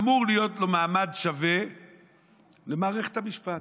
אמור להיות לו מעמד שווה למערכת המשפט.